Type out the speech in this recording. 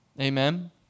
Amen